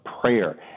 Prayer